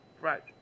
Right